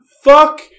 Fuck